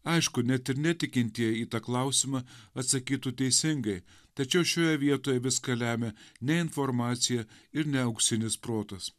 aišku net ir netikintieji į tą klausimą atsakytų teisingai tačiau šioje vietoje viską lemia ne informacija ir ne auksinis protas